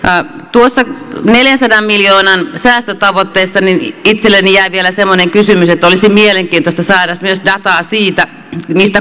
tuossa neljänsadan miljoonan säästötavoitteessa itselleni jäi vielä semmoinen kysymys että olisi mielenkiintoista saada myös dataa niistä